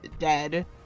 dead